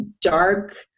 dark